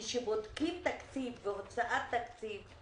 כשבודקים תקציב והוצאת תקציב,